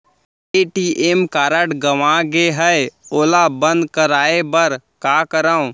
ATM card गंवा गे है ओला बंद कराये बर का करंव?